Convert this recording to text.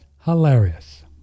hilarious